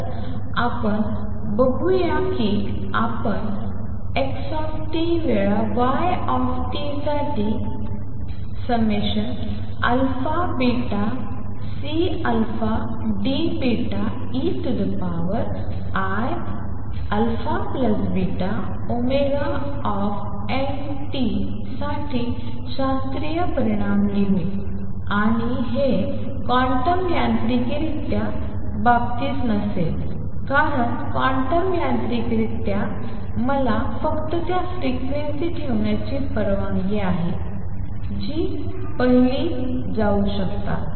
तर आपण बघूया की आपण x वेळा y साठी αβCDeiαβωnt साठी शास्त्रीय परिणाम लिहू आणि हे क्वांटम यांत्रिकरित्या बाबतीत नसेल कारण क्वांटम यांत्रिकरित्या मला फक्त त्या फ्रिक्वेन्सी ठेवण्याची परवानगी आहे जी पाहिली जाऊ शकतात